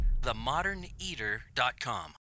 TheModerneater.com